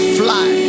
fly